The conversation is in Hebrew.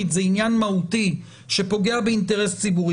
זה עניין מהותי שפוגע באינטרס ציבורי